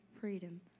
freedom